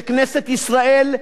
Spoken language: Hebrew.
שכנסת ישראל,